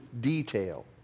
detail